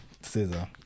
Scissor